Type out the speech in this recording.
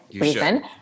reason